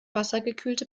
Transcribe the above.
wassergekühlte